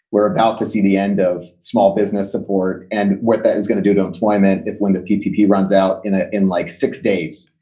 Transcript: we're about to see the end of small business support. and what that is going to do to employment if when the pdp runs out in ah in like six days,